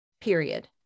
period